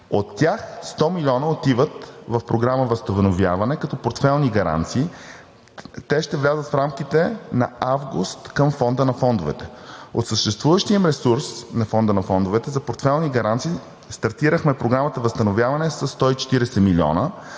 От тях 100 милиона отиват в програма „Възстановяване“ като портфейлни гаранции. Те ще влязат в рамките на месец август към Фонда на фондовете. От съществуващия им ресурс на Фонда на фондовете за портфейлни гаранции стартирахме програмата „Възстановяване“ със 140 милиона.